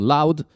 Loud